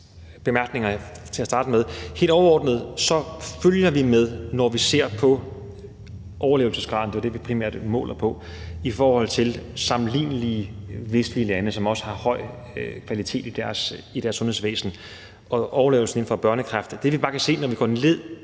helt overordnet følger vi med, når vi ser på overlevelsesgraden – det er det, vi primært måler på – i forhold til sammenlignelige vestlige lande, som også har høj kvalitet i deres sundhedsvæsen og i forhold til overlevelsen inden for børnekræft. Det, vi bare kan se, når vi går ned